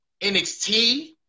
NXT